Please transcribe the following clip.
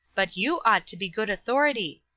but you ought to be good authority.